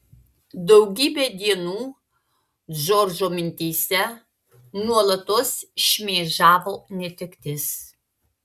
daugybę dienų džordžo mintyse nuolatos šmėžavo netektis